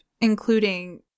including